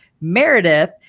Meredith